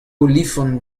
olifant